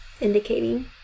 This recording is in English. indicating